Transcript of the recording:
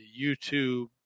YouTube